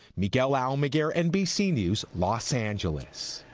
miguel almaguer, nbc news los angeles.